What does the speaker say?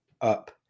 up